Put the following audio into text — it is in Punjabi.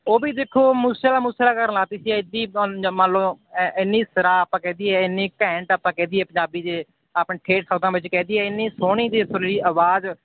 ਉਹ ਵੀ ਦੇਖੋ ਮੂਸੇਆਲਾ ਮੂਸੇਆਲਾ ਕਰਨ ਲਾਤੀ ਸੀ ਇੱਡੀ ਮੰਨ ਲਓ ਐਨੀ ਸਿਰਾ ਆਪਾਂ ਕਹਿ ਦਈਏ ਐਨੀ ਘੈਂਟ ਆਪਾਂ ਕਹਿ ਦਈਏ ਪੰਜਾਬੀ ਦੇ ਆਪਣੇ ਠੇਠ ਸ਼ਬਦਾਂ ਵਿੱਚ ਕਹਿ ਦਈਏ ਇੰਨੀ ਸੋਹਣੀ ਅਤੇ ਸੁਰੀਲੀ ਆਵਾਜ਼